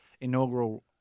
inaugural